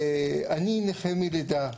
אני נכה מלידה,